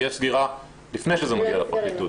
כי הסגירה לפני שזה מגיע לפרקליטות.